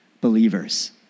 believers